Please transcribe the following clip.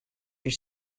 your